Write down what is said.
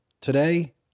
Today